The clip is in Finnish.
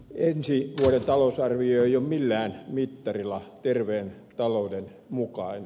ensi vuoden talousarvio ei ole millään mittarilla terveen talouden mukainen